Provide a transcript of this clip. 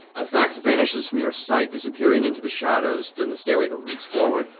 as vax vanishes from your sight, disappearing into the shadows down the stairway that leads forward,